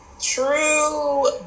true